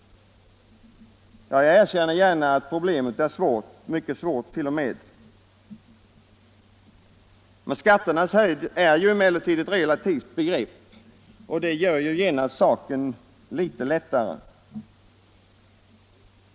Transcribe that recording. Jag erkänner gärna att problemet är svårt, mycket svårt t.o.m. Men skatternas höjd är dock ett relativt begrepp, och det gör genast saken litet lättare.